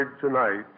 tonight